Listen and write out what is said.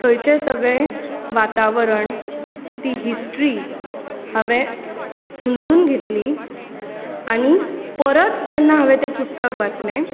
थंयचें सगळें वातावरण ती हिस्ट्री हांवें समजून घेतली आनी परत जेन्ना हांवें तें पुस्तक वाचलें